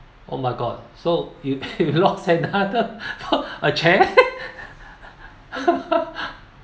oh my god so you you lost another a chair